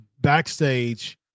backstage